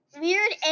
weird